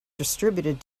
distributed